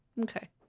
Okay